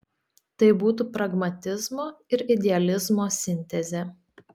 tai būtų pragmatizmo ir idealizmo sintezė